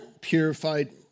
purified